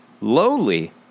lowly